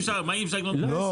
הם אמרו שאי אפשר לקנות --- לא,